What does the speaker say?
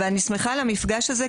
אני שמחה על המפגש הזה,